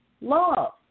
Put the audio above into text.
Love